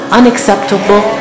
unacceptable